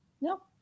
No